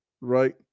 right